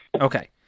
Okay